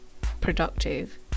productive